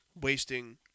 wasting